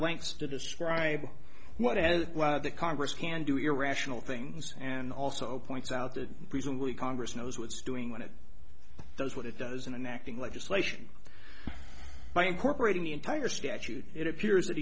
lengths to describe what it is that congress can do irrational things and also points out that reasonably congress knows what it's doing when it does what it does in an acting legislation by incorporating the entire statute it appears that